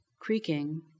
creaking